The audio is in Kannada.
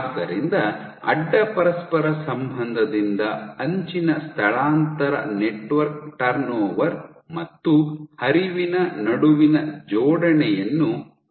ಆದ್ದರಿಂದ ಅಡ್ಡ ಪರಸ್ಪರ ಸಂಬಂಧದಿಂದ ಅಂಚಿನ ಸ್ಥಳಾಂತರ ನೆಟ್ವರ್ಕ್ ಟರ್ನ್ಓವರ್ ಮತ್ತು ಹರಿವಿನ ನಡುವಿನ ಜೋಡಣೆಯನ್ನು ಅಧ್ಯಯನ ಮಾಡಬಹುದು